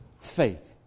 faith